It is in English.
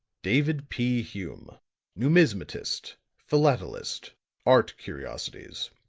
david p. hume numismatist philatelist art curiosities